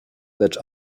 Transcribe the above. lecz